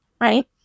Right